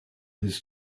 his